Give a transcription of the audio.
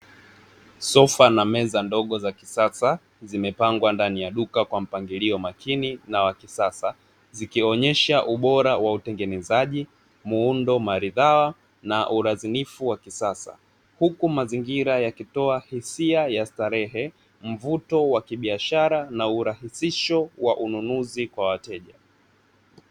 Sofa na meza ndogo za kisasa zimepangwa ndani ya duka kwa mpangilio makini na wa kisasa zikionesha ubora wa utengenezaji ,muundo maridhawa na ulazinifu wa kisasa, huku mazingira yakitoa hisia ya starehe mvuto wa kibiashara na urahisisho wa ununuzi kwa wateja.